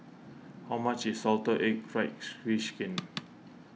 how much is Salted Egg fry she we Skin